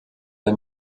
der